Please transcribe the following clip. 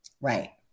Right